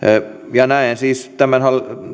ja näen tämän